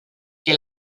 que